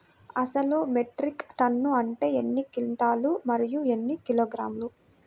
అసలు metric tonne అంటే ఎన్ని క్వింటాలు మరియు ఎన్ని కిలోగ్రాములు?